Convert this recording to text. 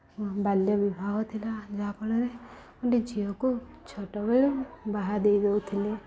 ବାଲ୍ୟବିବାହ ଥିଲା ଯାହା ଫଳରେ ଗୋଟେ ଝିଅକୁ ଛୋଟବେଳୁ ବାହା ଦେଇ ଦଉଥିଲେ